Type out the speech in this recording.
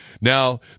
now